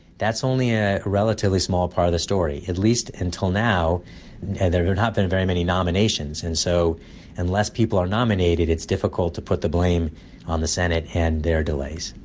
that's only a relatively small part of the story. at least until now there have not been very many nominations. and so unless people are nominated, it's difficult to put the blame on the senate and their delays.